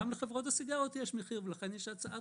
גם לחברות הסיגריות יש מחיר ולכן יש הצעת